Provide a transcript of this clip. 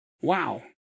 Wow